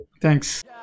Thanks